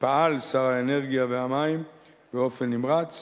פעל שר האנרגיה והמים באופן נמרץ